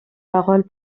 paroles